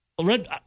Red